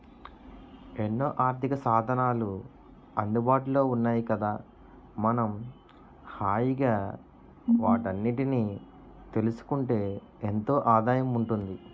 ఎన్నో ఆర్థికసాధనాలు అందుబాటులో ఉన్నాయి కదా మనం హాయిగా వాటన్నిటినీ తెలుసుకుంటే ఎంతో ఆదాయం ఉంటుంది